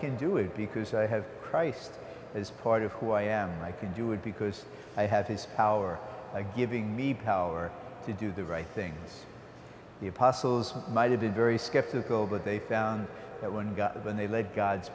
can do it because i have christ is part of who i am i can do it because i have his power by giving me power to do the right things the apostles might have been very skeptical but they found that when god when they led god's